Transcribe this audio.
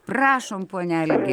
prašom pone algi